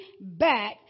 back